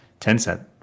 Tencent